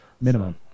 Minimum